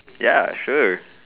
ya sure